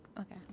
okay